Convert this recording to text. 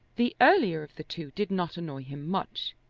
the earlier of the two did not annoy him much.